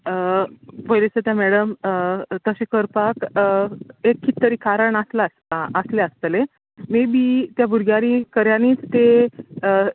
पयली सध्या मॅडम तशे करपाक एक कितें तरी कारण आसलात आसले आसतले मेबी त्या भुरग्यांनी खऱ्यानीच ते